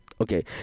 Okay